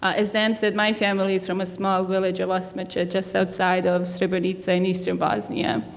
as dan said my family is from a small village of osmijeh just outside of srebrenica in eastern bosnia.